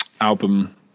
album